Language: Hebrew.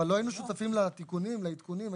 אבל לא היינו שותפים לתיקונים, לעדכונים.